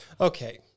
Okay